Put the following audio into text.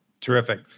Terrific